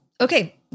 Okay